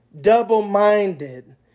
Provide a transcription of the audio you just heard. double-minded